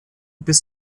bis